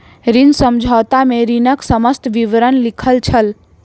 ऋण समझौता में ऋणक समस्त विवरण लिखल छल